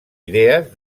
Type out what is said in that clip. idees